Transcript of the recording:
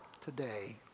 today